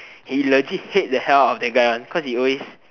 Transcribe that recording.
he legit hate the hell out of that guy one cause he always